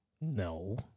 No